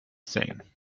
thing